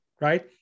right